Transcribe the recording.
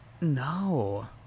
no